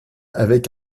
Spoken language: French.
avec